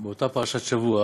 באותה פרשת שבוע